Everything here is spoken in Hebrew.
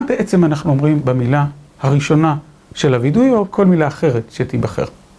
בעצם אנחנו אומרים במילה הראשונה של הווידוי או כל מילה אחרת שתיבחר.